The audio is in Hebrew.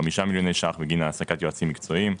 5 מיליוני שקלים נוצרו בגין העסקת יועצים מקצועיים,